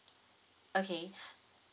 okay